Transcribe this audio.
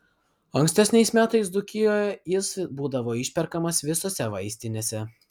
ankstesniais metais dzūkijoje jis būdavo išperkamas visose vaistinėse